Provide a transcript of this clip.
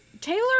taylor